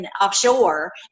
offshore